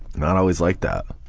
not always like that.